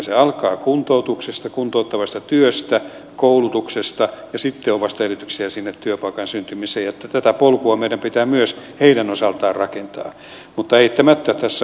se alkaa kuntoutuksesta kuntouttavasta työstä koulutuksesta ja sitten on vasta edellytyksiä sen työpaikan syntymiseen joten tätä polkua meidän pitää myös heidän osaltaan rakentaa mutta eittämättä tässä on haasteita